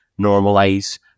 normalize